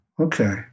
Okay